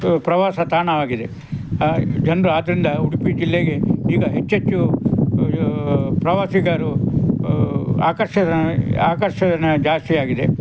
ಪ್ರವಾಸಿ ತಾಣವಾಗಿದೆ ಜನರು ಆದ್ದರಿಂದ ಉಡುಪಿ ಜಿಲ್ಲೆಗೆ ಈಗ ಹೆಚ್ಚೆಚ್ಚು ಪ್ರವಾಸಿಗರು ಆಕರ್ಷಣೆ ಆಕರ್ಷಣೆ ಜಾಸ್ತಿಯಾಗಿದೆ